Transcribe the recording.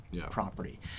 property